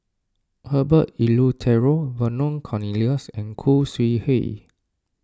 Herbert Eleuterio Vernon Cornelius and Khoo Sui Hoe